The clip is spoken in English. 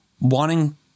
Wanting